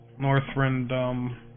Northrend